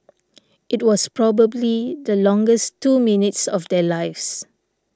it was probably the longest two minutes of their lives